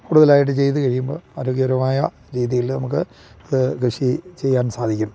കൂടുതലായിട്ട് ചെയ്തു കഴിയുമ്പോൾ ആരോഗ്യപരമായ രീതിയിൽ നമുക്ക് അത് കൃഷി ചെയ്യാൻ സാധിക്കും